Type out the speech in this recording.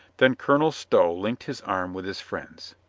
then colonel stow linked his arm with his friend's.